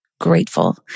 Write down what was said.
grateful